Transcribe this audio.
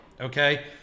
Okay